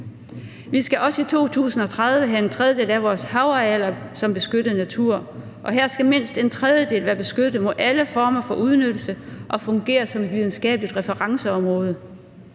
Vi skal også i 2030 have en tredjedel af vores havarealer som beskyttet natur, og her skal mindst en tredjedel være beskyttet mod alle former for udnyttelse og fungere som videnskabeligt referenceområde.